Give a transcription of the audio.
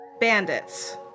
bandits